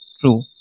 True